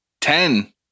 Ten